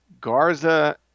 garza